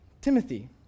Timothy